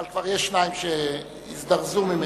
אבל כבר יש שניים שהזדרזו ממך.